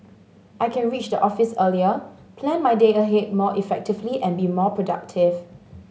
I can reach the office earlier plan my day ahead more effectively and be more productive